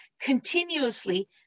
continuously